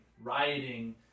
rioting